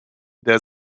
der